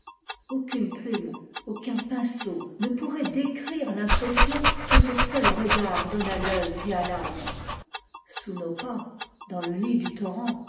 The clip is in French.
aucune plume aucun pinceau ne pourrait décrire l'impression que ce seul regard donne à l'œil et à l'ame sous nos pas dans le lit du torrent